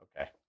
okay